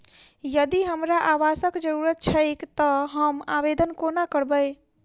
यदि हमरा आवासक जरुरत छैक तऽ हम आवेदन कोना करबै?